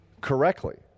correctly